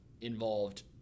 involved